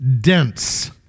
dense